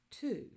two